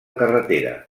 carretera